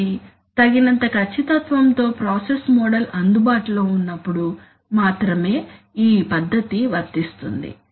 కాబట్టి తగినంత ఖచ్చితత్వం తో ప్రాసెస్ మోడల్ అందుబాటులో ఉన్నప్పుడు మాత్రమే ఈ పద్ధతి వర్తిస్తుంది